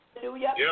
Hallelujah